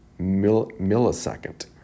millisecond